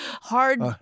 hard